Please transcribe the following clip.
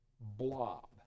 blob